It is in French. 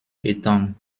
etangs